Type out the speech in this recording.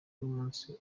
umunsi